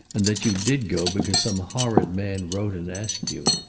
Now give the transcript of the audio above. and that you did go because some horrid man wrote and asked you.